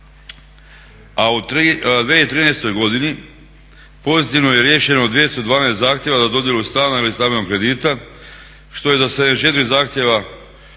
A u 2013. godini pozitivno je riješeno 212 zahtjeva za dodjelu stana ili stambenog kredita što je za 74 zahtjeva manje